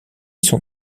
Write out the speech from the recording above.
sont